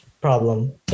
problem